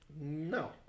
No